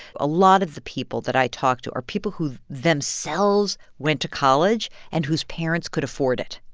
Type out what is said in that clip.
a lot of the people that i talk to are people who themselves went to college and whose parents could afford it.